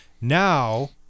Now